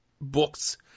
book's